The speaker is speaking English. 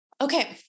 Okay